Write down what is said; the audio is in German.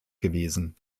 gewesen